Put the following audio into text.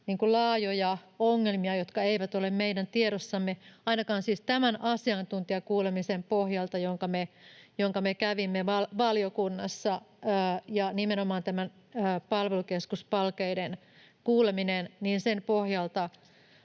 laajoja ongelmia, jotka eivät ole meidän tiedossamme — ainakaan siis tämän asiantuntijakuulemisen pohjalta, jonka me kävimme valiokunnassa. Nimenomaan tämän palvelukeskus Palkeiden kuulemisen pohjalta